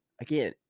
again